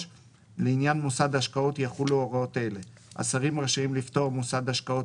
לעניין מוסד השקעות יחולו הוראות אלה: השרים רשאים לפטור מוסד השקעות